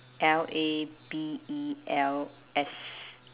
L A B E L S